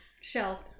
shelf